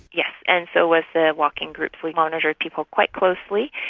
yes, and so was the walking group. we monitored people quite closely,